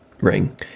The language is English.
ring